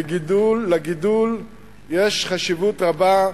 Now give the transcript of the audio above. לגידול יש חשיבות רבה,